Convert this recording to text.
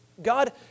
God